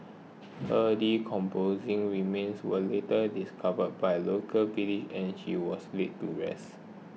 her decomposing remains were later discovered by local villagers and she was laid to rest